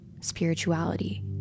spirituality